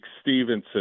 Stevenson